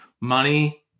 money